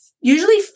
usually